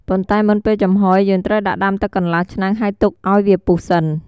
ប៉ុន្តែមុនពេលចំហុយ យើងត្រូវដាក់ដាំទឹកកន្លះឆ្នាំង ហើយទុកឲ្យវាពុះសិន។